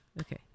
Okay